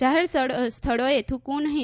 જાહેર સ્થળોએ થૂકવું નહીં